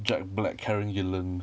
jack black karen gillan